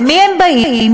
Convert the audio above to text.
למי הם באים?